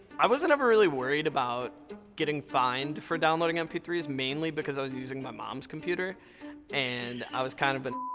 i wasn't ever really worried about getting fined for downloading m p three s mainly because i was using my mom's computer and i was kind of an,